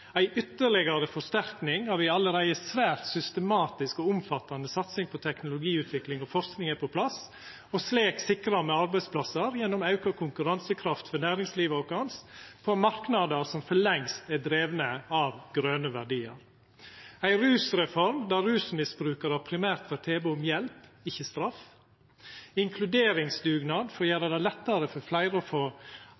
ei ytterlegare forsterking av ei allereie svært systematisk og omfattande satsing på teknologiutvikling og forsking er på plass, og slik sikrar me arbeidsplassar gjennom auka konkurransekraft for næringslivet vårt på marknader som for lengst er drivne av grøne verdiar ei rusreform der rusmisbrukarar primært får tilbod om hjelp, ikkje straff inkluderingsdugnad for å